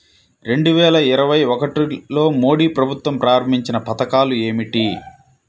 రెండు వేల ఇరవై ఒకటిలో మోడీ ప్రభుత్వం ప్రారంభించిన పథకాలు ఏమిటీ?